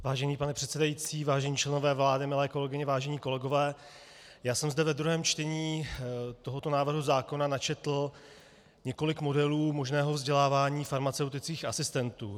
Vážený pane předsedající, vážení členové vlády, milé kolegyně, vážení kolegové, já jsem zde ve druhém čtení tohoto návrhu zákona načetl několik modelů možného vzdělávání farmaceutických asistentů.